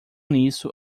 nisso